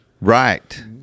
right